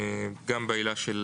סמכות בעילה של